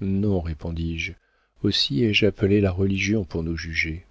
non répondis-je aussi ai-je appelé la religion pour nous juger